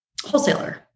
wholesaler